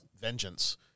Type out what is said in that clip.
vengeance